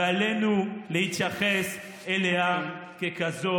ועלינו להתייחס אליה ככזאת,